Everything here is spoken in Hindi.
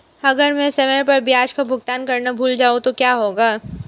अगर मैं समय पर ब्याज का भुगतान करना भूल जाऊं तो क्या होगा?